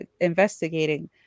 investigating